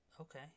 Okay